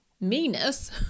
meanness